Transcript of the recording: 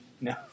No